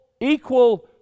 equal